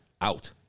out